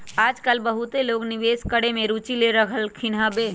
याजकाल बहुते लोग निवेश करेमे में रुचि ले रहलखिन्ह हबे